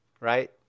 right